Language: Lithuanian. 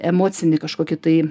emocinį kažkokį tai